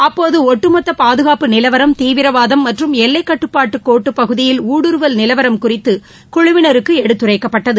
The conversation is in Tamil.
அப்போது ஒட்டுமொத்த பாதுகாப்பு நிலவரம் தீவிரவாதம் மற்றும் எல்லைக்கட்டுப்பாட்டு கோட்டு பகுதியில் ஊடுருவல் நிலவரம் குறித்து குழுவினருக்கு எடுத்துரைக்கப்பட்டது